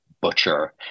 butcher